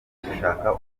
gushaka